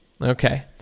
Okay